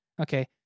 Okay